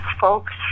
folks